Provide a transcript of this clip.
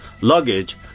luggage